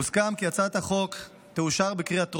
הוסכם כי הצעת החוק תאושר בקריאה טרומית,